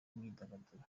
b’imyidagaduro